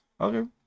okay